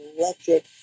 Electric